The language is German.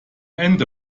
ende